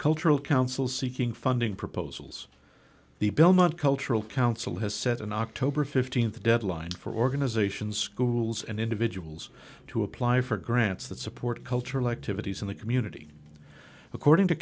cultural council seeking funding proposals the belmont cultural council has set an october th deadline for organizations schools and individuals to apply for grants that support cultural activities in the community according to